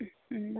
ம் ம்